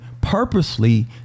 purposely